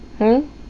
hmm